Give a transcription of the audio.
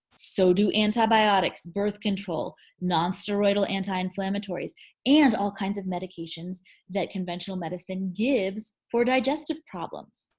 so do antibiotics, birth control non steroidal anti-inflammatories and all kinds of medications that conventional medicine gives for digestive problems.